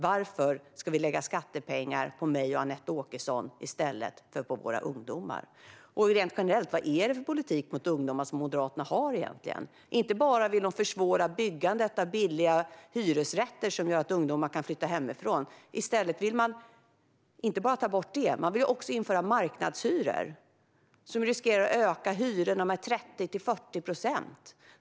Varför ska vi lägga skattepengar på mig och Anette Åkesson i stället för på våra ungdomar? Rent generellt, vad är det för politik mot ungdomar som Moderaterna har? De vill inte bara försvåra byggandet av billiga hyresrätter som gör att ungdomar kan flytta hemifrån. De vill också införa marknadshyror, vilket riskerar att höja hyrorna med 30-40 procent.